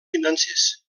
financers